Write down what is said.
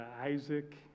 Isaac